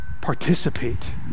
participate